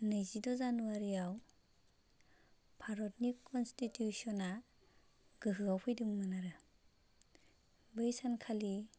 नैजिद' जानुवारियाव भारतनि कनस्टिटिउसना गोहोआव फैदोंमोन आरो बे सानखालि